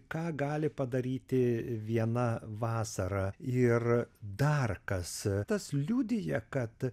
ką gali padaryti viena vasara ir dar kas tas liudija kad